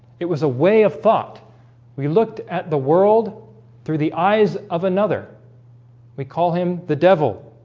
it was a way of thought we looked at the world through the eyes of another we call him the devil